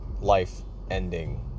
Life-ending